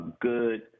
good